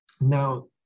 now